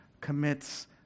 commits